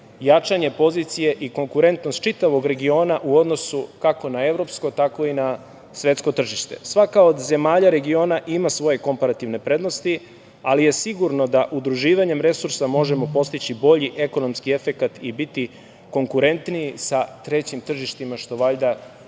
jačanje pozicije i konkurentnost čitavog regiona u odnosu kako na evropsko, tako i na svetsko tržište. Svaka od zemalja regiona ima svoje komparativne prednosti, ali je sigurno da udruživanjem resursa možemo postići bolji ekonomski efekat i biti konkurentniji sa trećim tržištima, što valjda